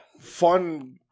Fun